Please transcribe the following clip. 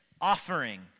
offering